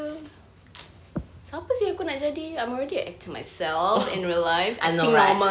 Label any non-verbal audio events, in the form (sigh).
(noise) siapa seh aku nak jadi I'm already an actor myself in real life I think normal